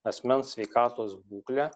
asmens sveikatos būklę